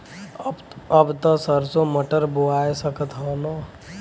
अब त सरसो मटर बोआय सकत ह न?